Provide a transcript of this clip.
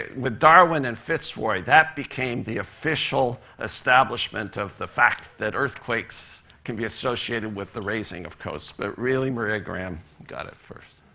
with darwin and fitzroy, that became the official establishment of the fact that earthquakes can be associated with the raising of coasts. but really, maria graham got it first.